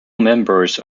members